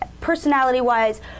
Personality-wise